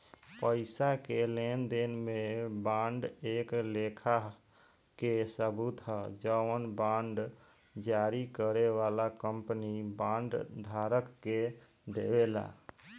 पईसा के लेनदेन में बांड एक लेखा के सबूत ह जवन बांड जारी करे वाला कंपनी बांड धारक के देवेला